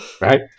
right